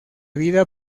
vida